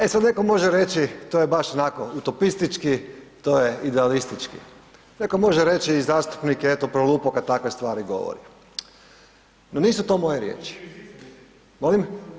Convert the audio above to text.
E sad neko može reći to je baš onako utopistički, to je idealistički, neko može reći i zastupnik je eto prolupao kad takve stvari govori no nisu to moje riječi …… [[Upadica sa strane, ne razumije se.]] Molim?